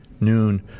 Noon